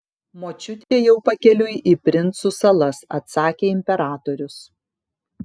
močiutė jau pakeliui į princų salas atsakė imperatorius